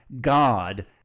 God